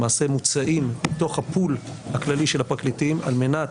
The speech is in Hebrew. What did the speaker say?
למעשה מוצאים מתוך הפול הכללי של הפרקליטים על מנת